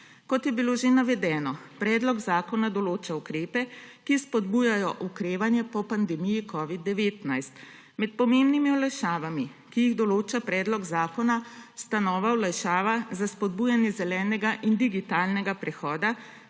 Kot je bilo že navedeno, predlog zakona določa ukrepe, ki spodbujajo okrevanje po pandemiji covida-19. Med pomembnimi olajšavami, ki jih določa predlog zakona, sta nova olajšava za spodbujanje zelenega in digitalnega prehoda